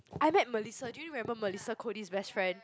I met Melissa do you remember Melissa Cody's best friend